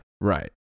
Right